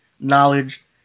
knowledge